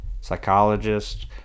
psychologist